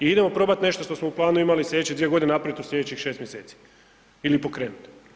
I idemo probati nešto što smo u planu imali sljedeće dvije godine napraviti u sljedećih 6 mjeseci ili pokrenuti.